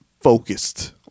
focused